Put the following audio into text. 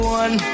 one